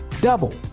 double